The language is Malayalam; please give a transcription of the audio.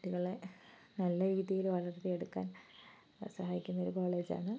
കുട്ടികളെ നല്ലരീതിയിൽ വളർത്തിയെടുക്കാൻ സഹായിക്കുന്നൊരു കോളേജാണ്